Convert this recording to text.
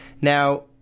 Now